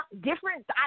Different